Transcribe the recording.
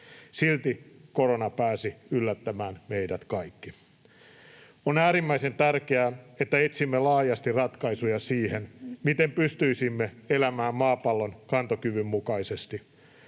Silti korona pääsi yllättämään meidät kaikki. On äärimmäisen tärkeää, että etsimme laajasti ratkaisuja siihen, miten pystyisimme elämään maapallon kantokyvyn mukaisesti.